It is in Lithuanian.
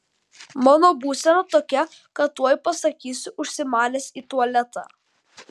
mano būsena tokia kad tuoj pasakysiu užsimanęs į tualetą